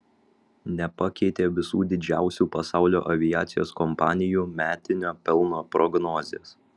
nepakeitė visų didžiausių pasaulio aviacijos kompanijų metinio pelno prognozės